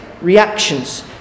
reactions